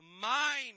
mind